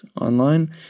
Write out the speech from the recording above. online